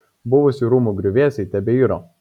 buvusių rūmų griuvėsiai tebeiro